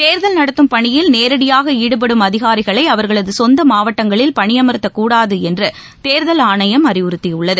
தேர்தல் நடத்தும் பணியில் நேரடியாக ஈடுபடும் அதிகாரிகளை அவர்களது சொந்த மாவட்டங்களில் பணியமர்த்தக்கூடாது என்று தேர்தல் ஆணையம் அறிவறுத்தியுள்ளது